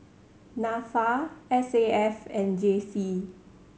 Nafa S A F and J C